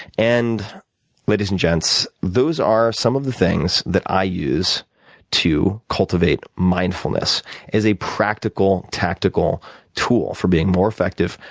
and ladies and gents, those are some of the things that i use to cultivate mindfulness as a practical, tactical tool for being more effective,